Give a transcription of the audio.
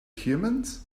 humans